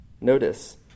Notice